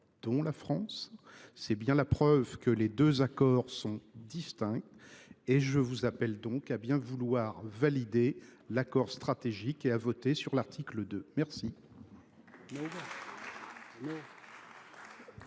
dont la France. C’est bien la preuve que les deux accords sont distincts. Je vous appelle donc à bien vouloir valider l’accord stratégique et à voter l’article 2. Très